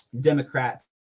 Democrat